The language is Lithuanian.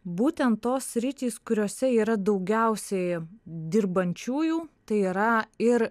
būtent tos sritys kuriose yra daugiausiai dirbančiųjų tai yra ir